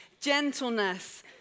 gentleness